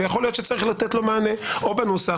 ויכול להיות שצריך לתת לו מענה או בנוסח